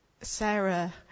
Sarah